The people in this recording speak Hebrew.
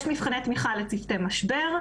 יש גם מבחני תמיכה לצוותי משבר,